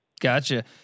Gotcha